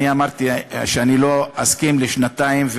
אני אמרתי שאני לא אסכים לשנתיים,